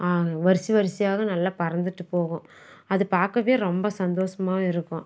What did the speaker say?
வரிசை வரிசையாக நல்லா பறந்துட்டு போகும் அது பார்க்கவே ரொம்ப சந்தோசமாக இருக்கும்